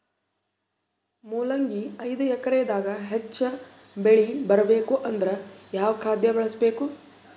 ಮೊಲಂಗಿ ಐದು ಎಕರೆ ದಾಗ ಹೆಚ್ಚ ಬೆಳಿ ಬರಬೇಕು ಅಂದರ ಯಾವ ಖಾದ್ಯ ಬಳಸಬೇಕು?